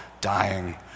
dying